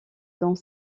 dans